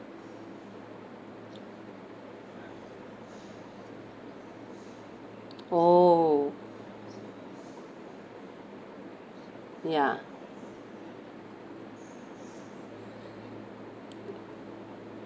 oh ya